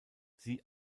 sie